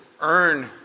earn